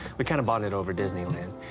we kind of bonded over disneyland.